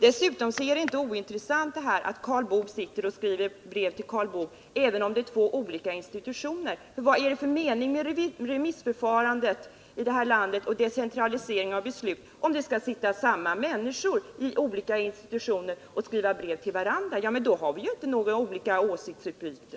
Dessutom är det inte ointressant att Karl Boo skriver brev till Karl Boo, även om det rör sig om två olika institutioner. Vad är det för mening med remissförfarande och decentralisering av beslut om det är samma människor som skall sitta i de olika institutionerna och skriva brev till sig själva? Då får vi ju inte något åsiktsutbyte!